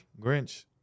Grinch